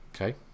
Okay